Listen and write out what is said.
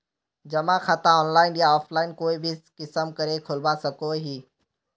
जमा खाता ऑनलाइन या ऑफलाइन कोई भी किसम करे खोलवा सकोहो ही?